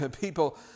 people